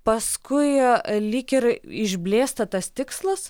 paskui lyg ir išblėsta tas tikslas